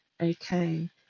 Okay